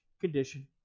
condition